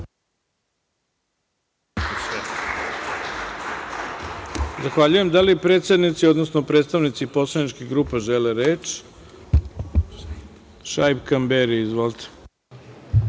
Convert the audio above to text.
Zahvaljujem. Da li predsednici, odnosno predstavnici poslaničkih grupa žele reč? Šaip Kamberi, izvolite.